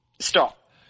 stop